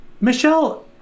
Michelle